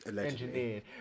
engineered